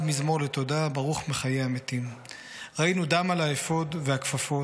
מזמור לתודה / ברוך מחיה המתים // ראינו דם על האפוד והכפפות